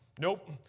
nope